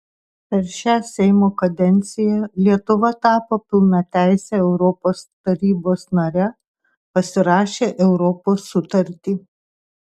per šią seimo kadenciją lietuva tapo pilnateise europos tarybos nare pasirašė europos sutartį